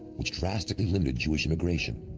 which drastically limited jewish immigration,